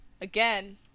again